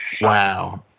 Wow